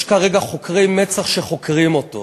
יש כרגע חוקרי מצ"ח שחוקרים אותו.